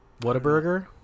Whataburger